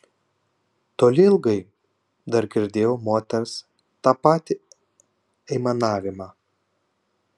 toli ilgai dar girdėjau moters tą patį aimanavimą